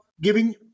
giving